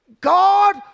God